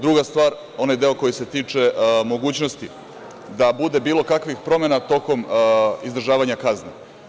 Druga stvar, onaj deo koji se tiče mogućnosti da bude bilo kakvih promena tokom izdržavanja kazne.